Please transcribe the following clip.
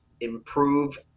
improve